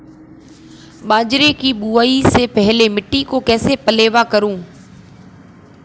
बाजरे की बुआई से पहले मिट्टी को कैसे पलेवा करूं?